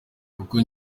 kuko